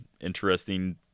interesting